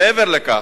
מעבר לכך,